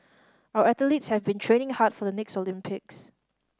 our athletes have been training hard for the next Olympics